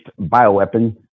bioweapon